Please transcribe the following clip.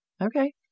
Okay